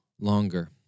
longer